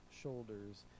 shoulders